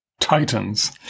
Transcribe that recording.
titans